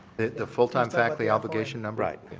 the full-time faculty obligation number? right.